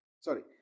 sorry